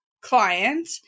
client